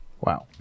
Wow